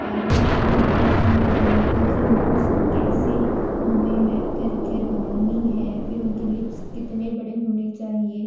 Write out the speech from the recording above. आई bro कितनी बड़ी रखनी है उनकी नोज़ कैसे हमें मैप कर कर बनानी है फिर उनके लिप्स कितने बड़े होने चाहिए